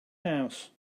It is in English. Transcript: house